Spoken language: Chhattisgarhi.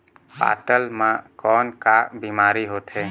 पातल म कौन का बीमारी होथे?